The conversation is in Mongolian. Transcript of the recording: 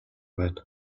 байна